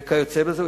וכיוצא בזה.